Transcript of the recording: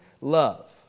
love